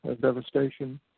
devastation